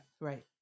Right